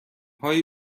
هایی